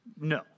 No